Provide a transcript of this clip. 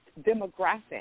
demographic